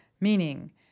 meaning